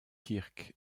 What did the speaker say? kirk